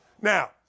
Now